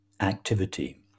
activity